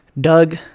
Doug